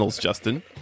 Justin